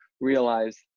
realize